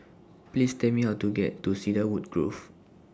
Please Tell Me How to get to Cedarwood Grove